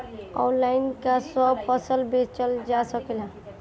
Online का सब फसल बेचल जा सकेला?